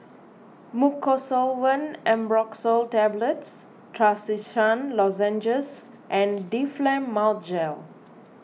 Mucosolvan Ambroxol Tablets Trachisan Lozenges and Difflam Mouth Gel